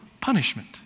punishment